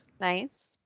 Nice